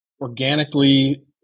organically